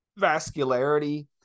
vascularity